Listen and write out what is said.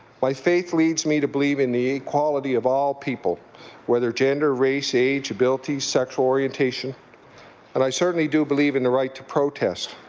my faith leads me to believe in the equality of all people whether gender, race, age, ability, sexual orientation but and i certainly do believe in right to protest.